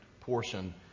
portion